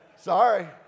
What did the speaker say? sorry